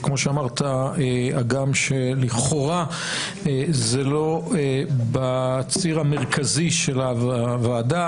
וכמו שאמרת הגם שלכאורה זה לא בציר המרכזי של הוועדה,